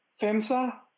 FEMSA